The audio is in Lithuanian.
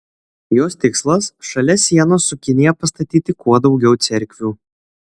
jos tikslas šalia sienos su kinija pastatyti kuo daugiau cerkvių